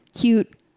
cute